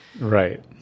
right